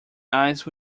ice